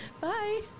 bye